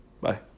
Bye